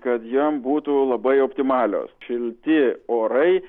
kad jiem būtų labai optimalios šilti orai